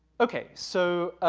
okay, so,